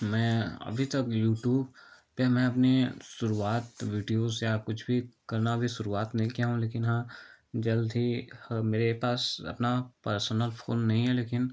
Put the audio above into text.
मैं अभी तक यूटूब पर मैं अपने शुरुआत विडियोस या कुछ भी करना अभी शुरुआत नहीं किया हूँ लेकिन हाँ जल्द ही मेरे पास अपना पर्सनल फोन नहीं है लेकिन